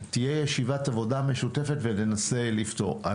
תהיה ישיבת עבודה משותפת וננסה לפתור,